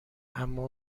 اما